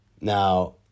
Now